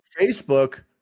Facebook